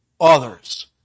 others